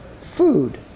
food